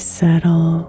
settle